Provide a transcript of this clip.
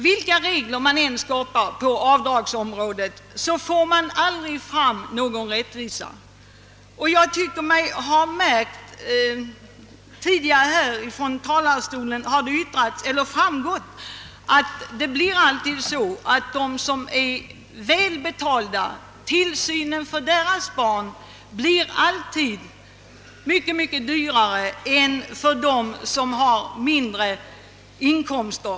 Vilka regler man än skapar på avdragsområdet åstadkommer man ändå aldrig någon rättvisa. Jag tycker mig ha funnit av vad som. tidigare yttrats här ifrån talarstolen att det alltid blir så, att tillsynen av barn till föräldrar som är väl betalda blir mycket dyrare än barntillsynen för dem som har mindre inkomster.